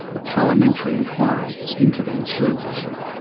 parliamentary inquiry into the insurance issue.